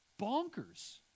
bonkers